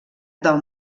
del